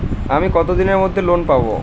আমি কতদিনের মধ্যে লোন পাব?